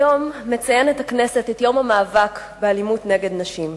הכנסת מציינת היום את יום המאבק באלימות נגד נשים.